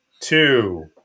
Two